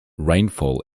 rainfall